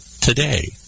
today